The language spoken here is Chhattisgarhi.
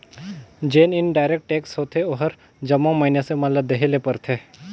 जेन इनडायरेक्ट टेक्स होथे ओहर जम्मो मइनसे मन ल देहे ले परथे